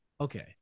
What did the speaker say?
Okay